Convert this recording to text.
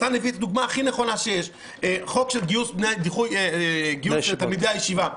מתן הביא את הדוגמה הכי נכונה שיש חוק גיוס תלמידי הישיבה.